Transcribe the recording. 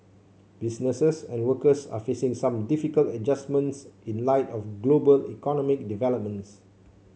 businesses and workers are facing some difficult adjustments in light of global economic developments